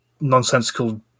nonsensical